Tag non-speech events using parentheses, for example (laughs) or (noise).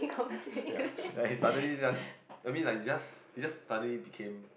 (laughs) ya like he suddenly just I mean like he just he just suddenly became